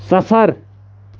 صَفَر